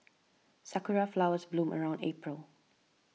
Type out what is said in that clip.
sakura flowers bloom around April